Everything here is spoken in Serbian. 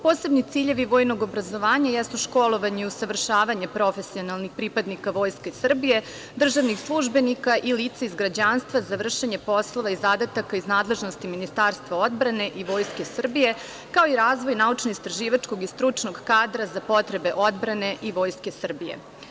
Posebni ciljevi vojnog obrazovanja jesu školovanje i usavršavanje profesionalnih pripadnika Vojske Srbije, državnih službenika i lica iz građanstva za vršenje poslova i zadataka iz nadležnost Ministarstva odbrane i Vojske Srbije, kao i razvoj naučno istraživačkog kadra za potrebe odbrane i Vojske Srbije.